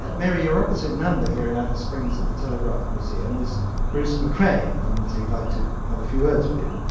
mary, your opposite number here in alice springs at the telegraph museum is bruce mccrea and he'd like to have a few words with you.